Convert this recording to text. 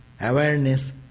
awareness